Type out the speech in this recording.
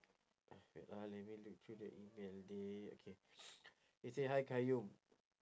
wait ah let me look through the email already okay they say hi qayyum